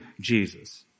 Jesus